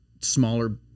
smaller